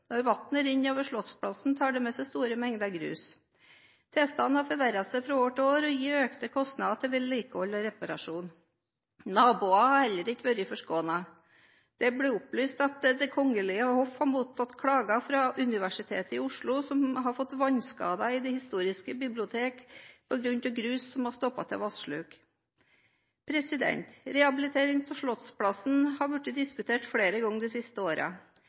Når vannet renner nedover Slottsplassen, tar det med seg store mengder grus. Tilstanden har forverret seg fra år til år og gir økte kostnader til vedlikehold og reparasjon. Naboer har heller ikke vært forskånet. Det blir opplyst at Det kongelige hoff har mottatt klager fra Universitetet i Oslo, som har fått vannskader i det historiske bibliotek, på grunn av grus som har stoppet til vannsluk. Rehabilitering av Slottsplassen er blitt diskutert flere ganger de siste